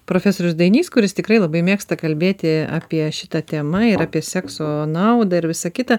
profesorius dainys kuris tikrai labai mėgsta kalbėti apie šitą temą ir apie sekso naudą ir visa kita